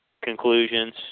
conclusions